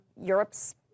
Europe's